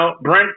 Brent